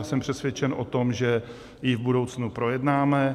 Jsem přesvědčen o tom, že ji v budoucnu projednáme.